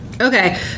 Okay